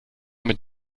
mit